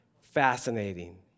Fascinating